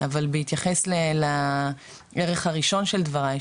אבל בהתייחס לערך הראשון של דבריי,